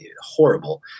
horrible